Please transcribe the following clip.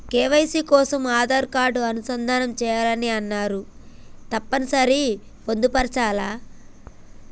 KYC కోసం Aadhaar card అనుసంధానం చేయాలని అన్నరు తప్పని సరి పొందుపరచాలా?